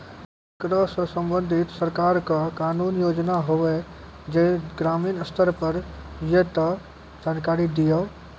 ऐकरा सऽ संबंधित सरकारक कूनू योजना होवे जे ग्रामीण स्तर पर ये तऽ जानकारी दियो?